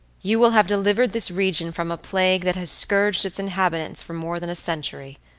you will have delivered this region from a plague that has scourged its inhabitants for more than a century.